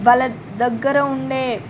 వాళ్ళ దగ్గర ఉండే